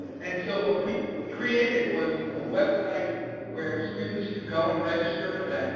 and so what we created was a website where students could go and register an event